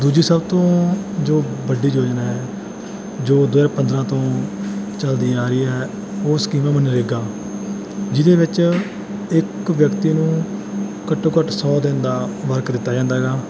ਦੂਜੀ ਸਭ ਤੋਂ ਜੋ ਵੱਡੀ ਯੋਜਨਾ ਹੈ ਜੋ ਦੋ ਹਜ਼ਾਰ ਪੰਦਰ੍ਹਾਂ ਤੋਂ ਚਲਦੀ ਆ ਰਹੀ ਹੈ ਉਹ ਸਕੀਮ ਆ ਮਨਰੇਗਾ ਜਿਹਦੇ ਵਿੱਚ ਇੱਕ ਵਿਅਕਤੀ ਨੂੰ ਘੱਟੋ ਘੱਟ ਸੌ ਦਿਨ ਦਾ ਵਰਕ ਦਿੱਤਾ ਜਾਂਦਾ ਗਾ